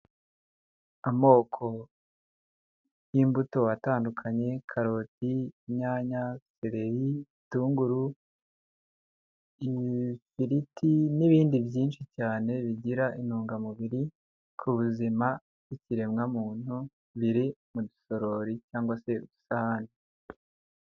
Amoko y'imbuto atandukanye karoti, inyanya, sereri, ibitunguru, ifiriti n'ibindi byinshi cyane bigira intungamubiri ku buzima bw'ikiremwamuntu, biri mu dusorori cyangwa se udusahane.